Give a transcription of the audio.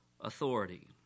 authority